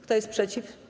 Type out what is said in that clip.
Kto jest przeciw?